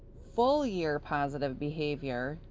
full year positive behavior,